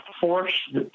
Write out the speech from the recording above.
force